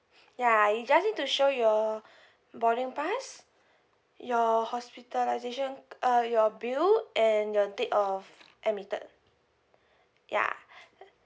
ya you just need to show your boarding pass your hospitalisation uh your bill and your date of admitted ya